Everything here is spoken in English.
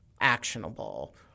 actionable